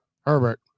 Herbert